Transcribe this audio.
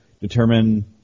determine